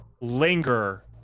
linger